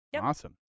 awesome